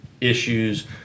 issues